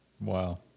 Wow